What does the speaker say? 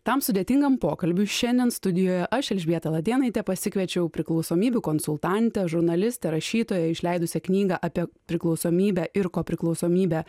tam sudėtingam pokalbiui šiandien studijoje aš elžbieta latėnaitė pasikviečiau priklausomybių konsultantę žurnalistę rašytoją išleidusią knygą apie priklausomybę ir kopriklausomybę